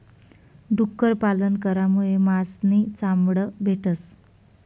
डुक्कर पालन करामुये मास नी चामड भेटस